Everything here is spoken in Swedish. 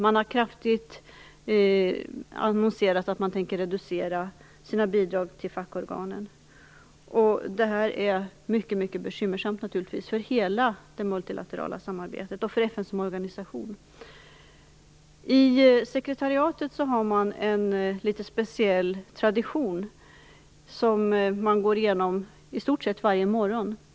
Man har annonserat att man tänker reducera sina bidrag till fackorganen kraftigt. Det är naturligtvis mycket bekymmersamt för hela det multilaterala samarbetet och för FN som organisation. I sekretariatet har man en litet speciell tradition som man går igenom i stort sett varje morgon.